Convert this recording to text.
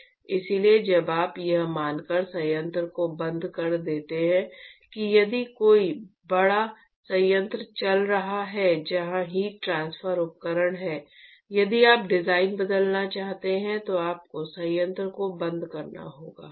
इसलिए जब आप यह मानकर संयंत्र को बंद कर देते हैं कि यदि कोई बड़ा संयंत्र चल रहा है जहां हीट ट्रांसफर उपकरण है यदि आप डिजाइन बदलना चाहते हैं तो आपको संयंत्र को बंद करना होगा